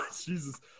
Jesus